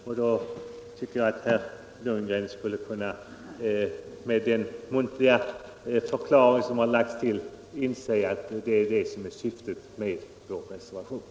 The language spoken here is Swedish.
Efter dessa muntliga förklaringar tycker jag att herr Lundgren skulle kunna acceptera vår uppfattning om vad som är syftet med reservationen.